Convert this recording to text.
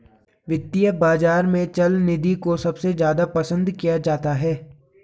वित्तीय बाजार में चल निधि को सबसे ज्यादा पसन्द किया जाता है